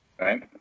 right